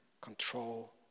control